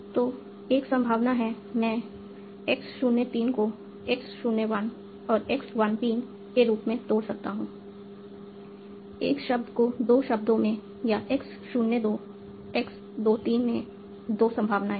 तो एक संभावना है मैं x 0 3 को x 0 1 और x 1 3 के रूप में तोड़ सकता हूं एक शब्द को दो शब्दों में या x 0 2 x 2 3 में दो संभावनाएँ हैं